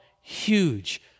huge